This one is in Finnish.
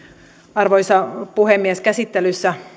arvoisa puhemies käsittelyssä